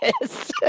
Yes